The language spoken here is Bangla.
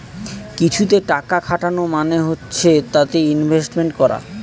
কিছুতে টাকা খাটানো মানে হচ্ছে তাতে ইনভেস্টমেন্ট করা